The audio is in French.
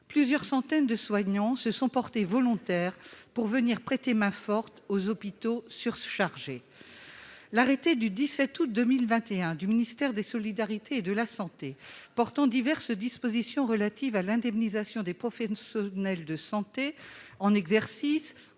plusieurs centaines de soignants se sont portés volontaires pour venir prêter main forte aux hôpitaux surchargés, l'arrêté du 17 août 2021 du ministère des solidarités et de la santé portant diverses dispositions relatives à l'indemnisation des profits Neil de santé en exercice